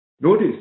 notice